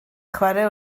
chwarae